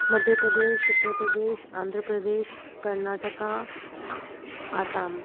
Madhya Pradesh Uttar Pradesh Andhra Pradesh Karnataka Assam